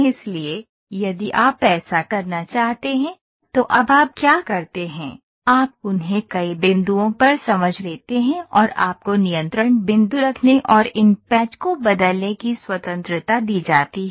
इसलिए यदि आप ऐसा करना चाहते हैं तो अब आप क्या करते हैं आप उन्हें कई बिंदुओं पर समझ लेते हैं और आपको नियंत्रण बिंदु रखने और इन पैच को बदलने की स्वतंत्रता दी जाती है